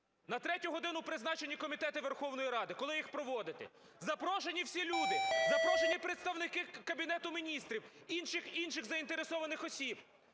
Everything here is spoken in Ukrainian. На третю годину призначені комітети Верховної Ради. Коли їх проводити? Запрошені всі люди: запрошені представники Кабінету Міністрів, інших й інших заінтересованих осіб.